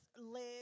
live